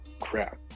crap